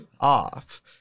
off